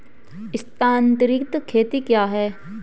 स्थानांतरित खेती क्या है?